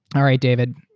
all right, david,